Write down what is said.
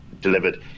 delivered